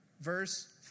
verse